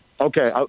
Okay